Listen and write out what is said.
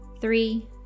three